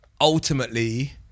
ultimately